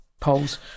polls